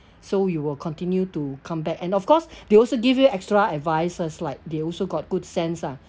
so you will continue to come back and of course they also give you extra advices like they also got good sense ah